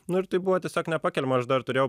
nu ir tai buvo tiesiog nepakeliama aš dar turėjau